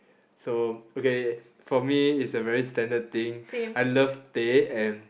so okay for me is a very standard thing I love teh and